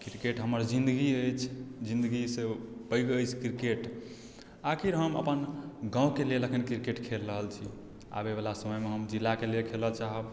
cricket हमर जिन्दगी अछि जिन्दगीसँ पैघ अछि क्रिकेट आखिर हम अपन गाँवके लेल एखन क्रिकेट खेल रहल छी आबयवला समयमे हम जिलाके लेल खेलय चाहब